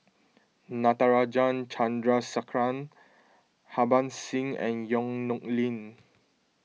Natarajan Chandrasekaran Harbans Singh and Yong Nyuk Lin